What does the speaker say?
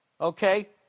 Okay